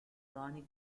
chronic